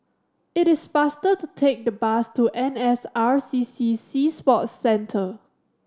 it is faster to take the bus to N S R C C Sea Sports Centre